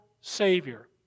Savior